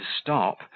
stop